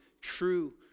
true